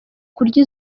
kurya